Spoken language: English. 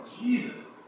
Jesus